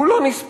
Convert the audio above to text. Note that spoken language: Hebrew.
הוא לא נספר.